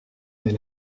mes